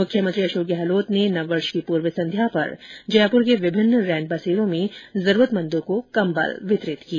मुख्यमंत्री अशोक गहलोत ने नववर्ष की पूर्व संध्या पर जयपुर के विभिन्न रैन बसेरों में जरूरतमंदों को कम्बल वितरित किए